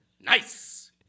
Nice